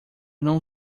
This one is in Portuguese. não